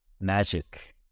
Magic